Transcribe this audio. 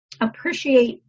appreciate